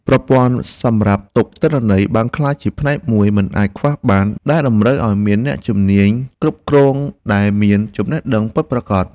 ប្រព័ន្ធសម្រាប់ផ្ទុកទិន្នន័យបានក្លាយជាផ្នែកមួយមិនអាចខ្វះបាន ដែលតម្រូវឱ្យមានអ្នកជំនាញគ្រប់គ្រងដែលមានចំណេះដឹងពិតប្រាកដ។